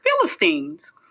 Philistines